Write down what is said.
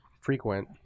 frequent